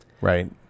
Right